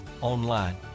online